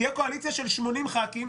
תהיה קואליציה של 80 חברי כנסת,